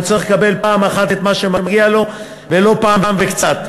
הוא צריך לקבל פעם אחת את מה שמגיע לו ולא פעם וקצת,